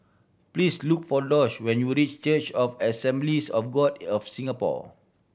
please look for Doss when you reach Church of Assemblies of God of Singapore